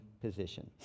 position